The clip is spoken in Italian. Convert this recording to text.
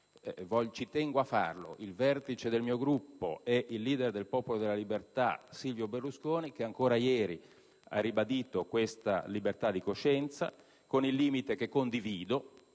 ci tengo a farlo - il vertice del mio Gruppo e il *leader* del Popolo della Libertà Silvio Berlusconi, che ancora ieri ha ribadito la libertà di coscienza in materia, con il limite (che condivido,